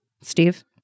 Steve